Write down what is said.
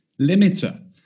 limiter